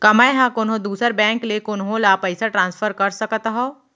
का मै हा कोनहो दुसर बैंक ले कोनहो ला पईसा ट्रांसफर कर सकत हव?